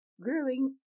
growing